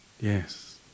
Yes